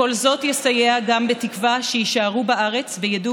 כל זאת יסייע גם בתקווה שיישארו בארץ וידעו